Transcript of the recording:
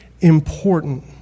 important